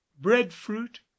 breadfruit